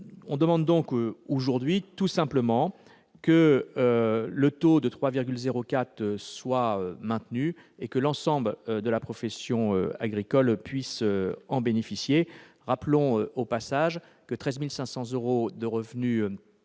On demande donc tout simplement que le taux de 3,04 % soit maintenu et que l'ensemble de la profession agricole puisse en bénéficier. Rappelons au passage qu'un revenu